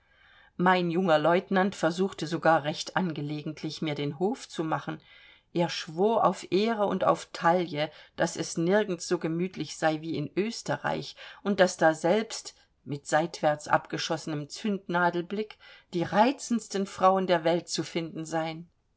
mein junger lieutenant versuchte sogar recht angelegentlich mir den hof zu machen er schwor auf ehre und auf taille daß es nirgends so gemütlich sei wie in österreich und daß daselbst mit seitwärts abgeschossenem zündnadelblick die reizendsten frauen der welt zu finden seien